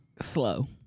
slow